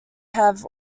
have